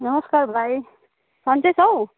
नमस्कार भाइ सन्चै छौ